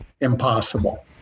impossible